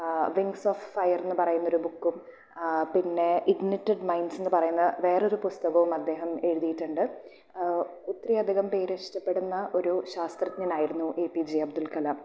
wings of fire എന്നു പറയുന്ന ഒരു ബുക്കും പിന്നെ ഇഗ്നേറ്റഡ് മൈൻഡ്സ് എന്നു പറയുന്ന വേറൊരു പുസ്തകവും അദ്ദേഹം എഴുതിട്ട്ണ്ട് ഒത്തിരിയധികം പേരിഷ്ടപ്പെടുന്ന ഒരു ശാസ്ത്രജ്ഞനായിരുന്ന A P J Abdul Kalam